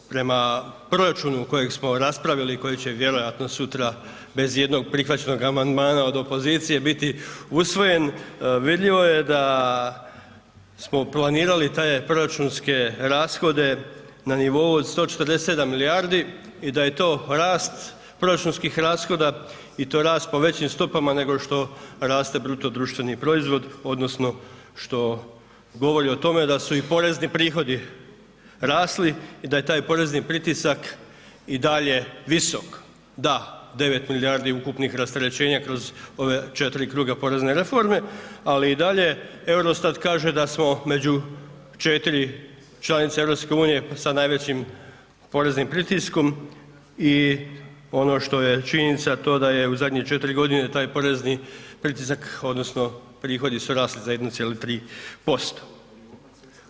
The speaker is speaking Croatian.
Prema proračunu kojeg smo raspravili i koji će vjerojatno sutra bez ijednog prihvaćenog amandmana od opozicije biti usvojen, vidljivo je da smo uplanirali te proračunske rashode na nivou od 147 milijardi i da je to rast proračunskih rashoda i to rast po većim stopama nego što raste BDP odnosno što govori o tome da su i porezni prihodi rasli i da je taj porezni pritisak i dalje visok, da 9 milijardi ukupnih rasterećenja kroz ova četiri kruga porezne reforme, ali i dalje Eurostat kaže da smo među 4 članice EU pa sa najvećim poreznim pritiskom i ono što je činjenica, a to da je u zadnje 4.g. taj porezni pritisak odnosno prihodi su rasli za 1,3%